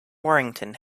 warrington